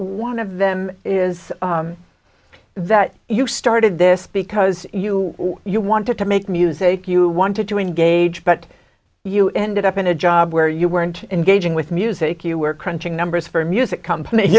one of them is that you started this because you you wanted to make music you wanted to engage but you ended up in a job where you weren't engaging with music you were crunching numbers for a music company